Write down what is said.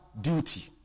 duty